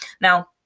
now